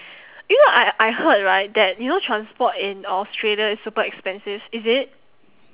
you know I I heard right that you know transport in australia is super expensive is it